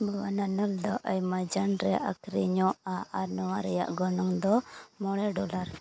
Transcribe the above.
ᱱᱚᱣᱟ ᱱᱚᱱᱚᱞ ᱫᱚ ᱮᱢᱟᱡᱚᱱ ᱨᱮ ᱟᱹᱠᱷᱨᱤᱧᱚᱜᱼᱟ ᱟᱨ ᱱᱚᱣᱟ ᱨᱮᱭᱟᱜ ᱜᱚᱱᱚᱝ ᱫᱚ ᱢᱚᱬᱮ ᱰᱚᱞᱟᱨ